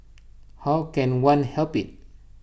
how can one help IT